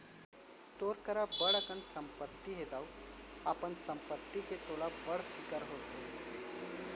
तोर करा बड़ अकन संपत्ति हे दाऊ, अपन संपत्ति के तोला बड़ फिकिर होत होही